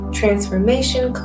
transformation